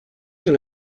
dans